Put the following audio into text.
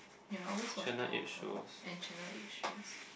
ya always watch Toggles and channel eight shows